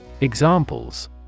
Examples